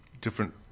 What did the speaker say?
different